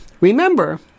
Remember